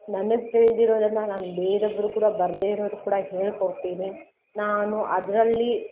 ನನಗೆ ತಿಳಿದಿರೋದನ್ನ ನಾನು ಬೇರೋಬ್ರು ಕೂಡ ಬರದೆ ಇರೋವ್ರಿಗ್ ಕೂಡ ಹೇಳಿಕೊಡ್ತೀನಿ ನಾನು ಅದರಲ್ಲೀ